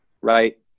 right